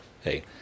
Hey